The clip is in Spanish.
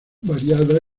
variada